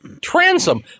Transom